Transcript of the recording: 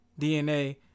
DNA